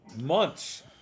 months